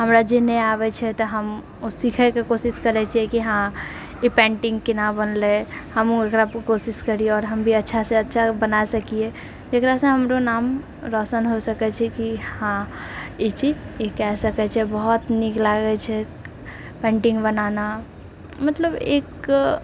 हमरा जे नहि आबैछै तऽ हम ओ सीखैके कोशिश करै छिऐ कि हँ इ पेन्टिङ्ग केना बनले हमहुँ एकरा पर कोशिश करि आओर हम भी अच्छासँ अच्छा बना सकिऐ जेकरासँ हमरो नाम रोशन हो सकै छै कि हँ ई चीज ई कए सकैछै बहुत नीक लागैछै पेन्टिङ्ग बनाना मतलब एक